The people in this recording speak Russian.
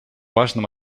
важном